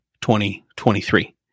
2023